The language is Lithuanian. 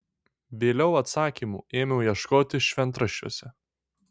vėliau atsakymų ėmiau ieškoti šventraščiuose